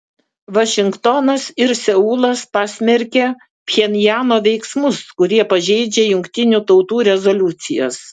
vašingtonas ir seulas pasmerkė pchenjano veiksmus kurie pažeidžia jungtinių tautų rezoliucijas